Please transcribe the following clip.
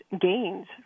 gains